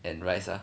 and rice ah